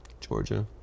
Georgia